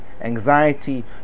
anxiety